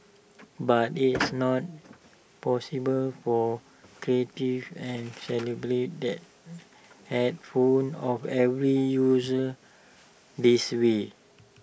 but it's not possible for creative and calibrate that headphones of every user this way